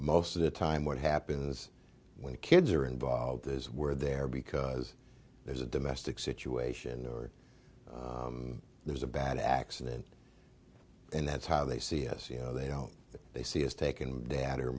most of the time what happens when kids are involved is where they're because there's a domestic situation or there's a bad accident and that's how they see as you know they don't they see has taken dad or